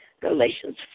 Galatians